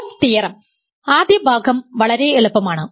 proof theorem ആദ്യ ഭാഗം വളരെ എളുപ്പമാണ്